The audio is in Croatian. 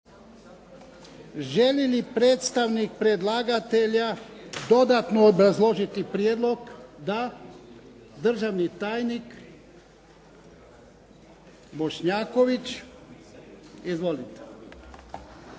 Želi li predstavnik predlagatelja dodatno obrazložiti prijedlog? Da. Državni tajnik Bošnjaković. Izvolite.